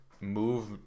move